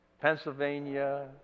Pennsylvania